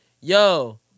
yo